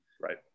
right